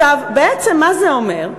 מה זה אומר?